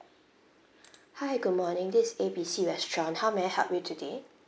hi good morning this A B C restaurant how may I help you today